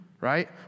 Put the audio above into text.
right